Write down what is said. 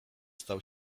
stał